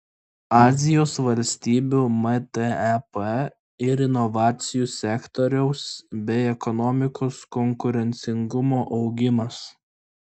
azijos valstybių mtep ir inovacijų sektoriaus bei ekonomikos konkurencingumo augimas